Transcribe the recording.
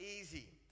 easy